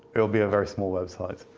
it will be a very small website.